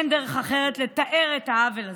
אין דרך אחרת לתאר את העוול הזה.